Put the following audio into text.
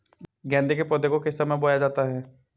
गेंदे के पौधे को किस समय बोया जाता है?